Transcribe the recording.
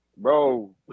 Bro